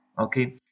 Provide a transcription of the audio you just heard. Okay